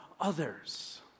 others